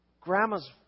grandma's